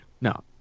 no